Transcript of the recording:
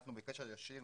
אנחנו בקשר ישיר